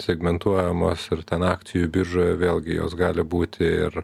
segmentuojamos ir ten akcijų biržoje vėlgi jos gali būti ir